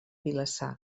vilassar